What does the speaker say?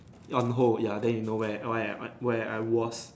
on hold ya then you know where where I where I was